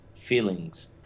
feelings